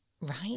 Right